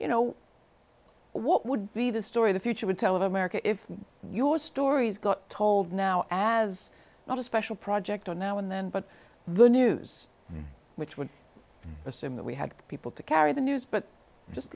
you know what would be the story the future would tell of america if your stories got told now as not a special project on now and then but the news which would assume that we had people to carry the news but just